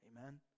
Amen